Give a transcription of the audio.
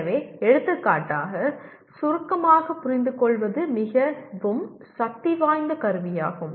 எனவே எடுத்துக்காட்டாக சுருக்கமாக புரிந்துகொள்வது மிகவும் சக்திவாய்ந்த கருவியாகும்